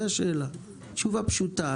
תשובה פשוטה.